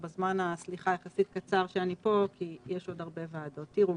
חבר הכנסת רזבוזוב יוסיף התייחסות ושאלה ואז תוכלי לענות